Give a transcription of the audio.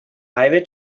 highway